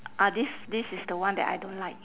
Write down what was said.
ah this this is the one that I don't like